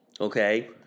Okay